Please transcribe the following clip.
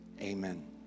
Amen